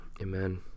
Amen